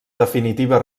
definitiva